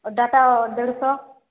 data ଦେଢ଼ଶହ